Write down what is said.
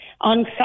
On